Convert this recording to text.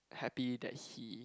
happy that he